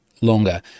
longer